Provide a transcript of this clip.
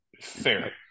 fair